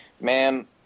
man